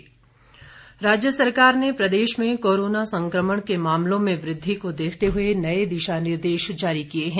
corona निर्देश राज्य सरकार ने प्रदेश में कोरोना संकमण के मामलों में वृद्धि को देखते हुए नए दिशा निर्देश जारी किए हैं